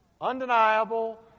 undeniable